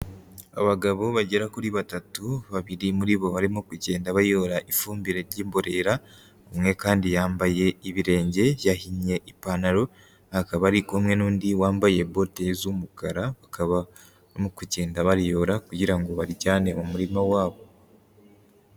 Abagabo bagera kuri batatu, babiri muri bo barimo kugenda bayora ifumbire y'imborera, umwe kandi yambaye ibirenge, yahinnye ipantaro, akaba ari kumwe n'undi wambaye bote z'umukara, bakaba barimo kugenda bariyora kugira ngo barijyane mu murima wabo.